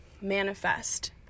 manifest